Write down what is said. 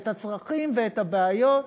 את הצרכים ואת הבעיות,